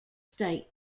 state